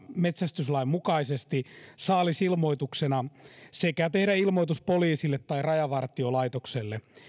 metsästyslain mukaisesti ilmoittaa saalisilmoituksena sekä tehdä ilmoitus poliisille tai rajavartiolaitokselle